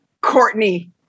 Courtney